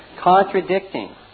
contradicting